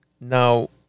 Now